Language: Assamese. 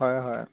হয় হয়